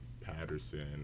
Patterson